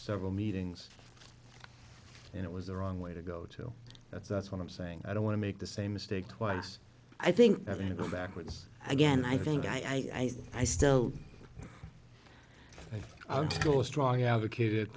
several meetings and it was the wrong way to go to that's that's what i'm saying i don't want to make the same mistake twice i think having to go backwards again i think i i still i'm still a strong advocate